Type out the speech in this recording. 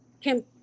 kim